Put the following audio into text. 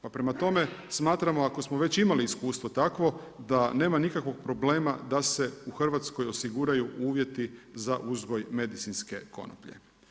Pa prema tome smatramo ako smo već imali iskustvo tako da nema nikakvog problema da se u Hrvatskoj osiguraju uvjeti za uzgoj medicinske konoplje.